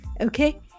Okay